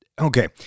okay